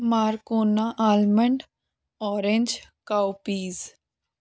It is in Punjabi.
Marcona almond orange cow piece